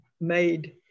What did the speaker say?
made